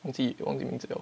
忘记我忘记名字了